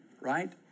right